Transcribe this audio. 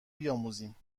بیاموزیم